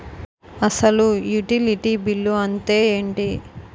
అసలు utility bill అంతే ఎంటి?